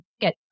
get